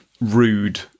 rude